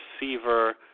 receiver